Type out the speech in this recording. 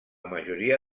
majoria